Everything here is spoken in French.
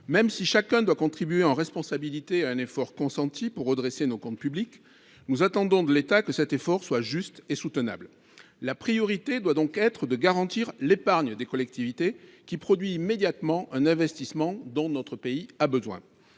Même si chacun doit contribuer en responsabilité à un effort consenti pour redresser nos comptes publics, nous attendons de l’État que cet effort soit juste et soutenable. La priorité doit donc être de garantir l’épargne des collectivités, qui produit immédiatement un investissement dont notre pays a besoin.